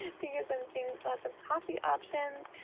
and because i'm seeing lots of coffee options.